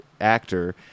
actor